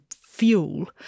fuel